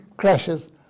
crashes